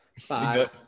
Five